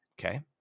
Okay